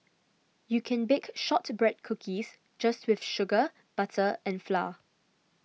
you can bake Shortbread Cookies just with sugar butter and flour